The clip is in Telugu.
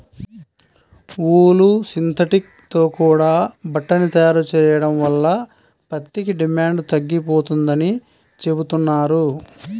ఊలు, సింథటిక్ తో కూడా బట్టని తయారు చెయ్యడం వల్ల పత్తికి డిమాండు తగ్గిపోతందని చెబుతున్నారు